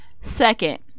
Second